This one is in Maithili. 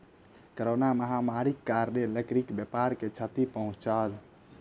कोरोना महामारीक कारणेँ लकड़ी व्यापार के क्षति पहुँचल